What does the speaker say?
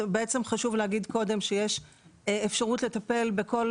קודם חשוב להגיד שיש אפשרות לטפל בכל